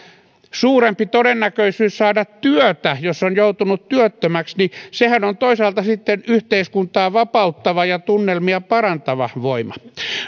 suurempi todennäköisyys saada työtä jos on joutunut työttömäksi niin sehän on toisaalta yhteiskuntaa vapauttava ja tunnelmia parantava voima